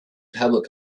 tablet